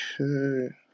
Okay